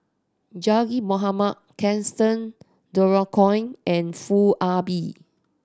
Zaqy Mohamad Gaston Dutronquoy and Foo Ah Bee